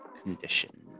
condition